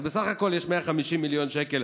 בסך הכול יש 150 מיליון שקל,